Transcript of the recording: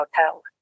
Hotel